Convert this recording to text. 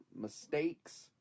mistakes